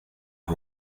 las